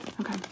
Okay